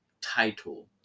title